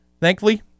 Thankfully